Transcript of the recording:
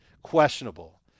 questionable